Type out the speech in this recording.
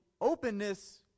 Openness